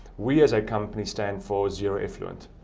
we as a company stand for zero-effluent.